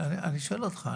אני שאול אותך.